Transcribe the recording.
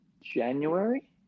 January